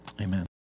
amen